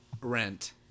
Rent